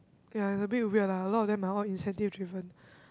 ya it's a bit weird lah a lot of them are all incentive driven